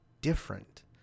different